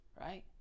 right